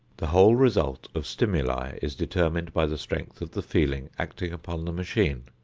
the whole result of stimuli is determined by the strength of the feeling acting upon the machine.